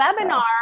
webinar